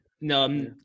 No